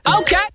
okay